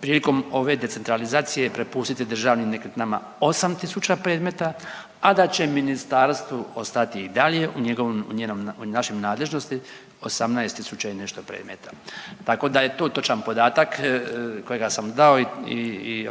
prilikom ove decentralizacije prepustiti Državnim nekretninama 8 tisuća predmeta, a da će ministarstvu ostati i dalje u njegovom, u njenoj, u našoj nadležnosti 18 tisuća i nešto predmeta. Tako da je to točan podatak kojega sam dao i